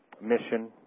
mission